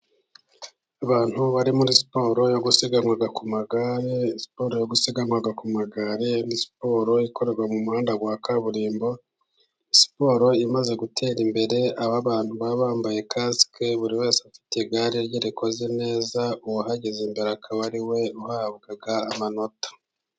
Abantu bari muri siporo yo gusiganwa ku magare. Siporo yo gusiganwa ku magare ni siporo ikorerwa mu muhanda wa kaburimbo, siporo imaze gutera imbere, aho abantu baba bambaye kasike buri wese afite igare rye rikoze neza, uwahageze mbere akaba ari we uhabwa amanota.